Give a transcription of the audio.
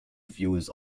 viewers